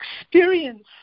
experience